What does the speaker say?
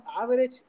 average